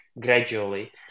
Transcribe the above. gradually